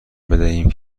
دهیم